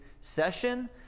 session